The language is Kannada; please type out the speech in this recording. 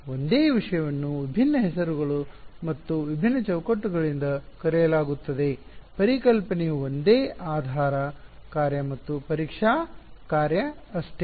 ಒಂದೇ ವಿಷಯವನ್ನು ವಿಭಿನ್ನ ಹೆಸರುಗಳು ಮತ್ತು ವಿಭಿನ್ನ ಚೌಕಟ್ಟುಗಳಿಂದ ಕರೆಯಲಾಗುತ್ತದೆ ಪರಿಕಲ್ಪನೆಯು ಒಂದೇ ಆಧಾರ ಕಾರ್ಯ ಮತ್ತು ಪರೀಕ್ಷಾ ಕಾರ್ಯ ಅಷ್ಟೆ